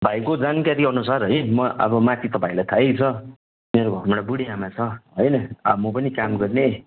भाइको जानकारीअनुसार है म अब माथि त भाइलाई थाहै छ मेरो घरमा एउटा बुढी आमा छ होइन अब म पनि काम गर्ने